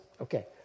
Okay